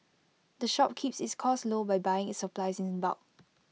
the shop keeps its costs low by buying its supplies in bulk